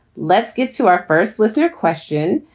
let's get to our first listener question,